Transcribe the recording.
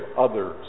others